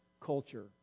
culture